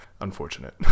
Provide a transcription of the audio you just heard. unfortunate